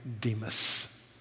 Demas